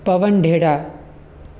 Pawan Dheda